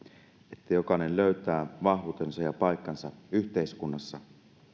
että jokainen löytää vahvuutensa ja paikkansa yhteiskunnassa